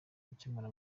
gucyemura